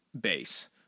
base